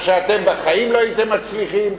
מה שאתם בחיים לא הייתם מצליחים.